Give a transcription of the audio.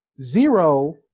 zero